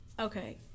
okay